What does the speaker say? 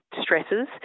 stresses